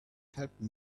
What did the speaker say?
helped